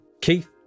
Keith